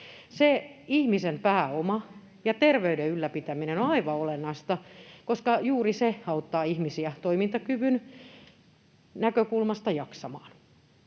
Ihmisen pääoman ja terveyden ylläpitäminen on aivan olennaista, koska juuri se auttaa ihmisiä jaksamaan toimintakyvyn näkökulmasta.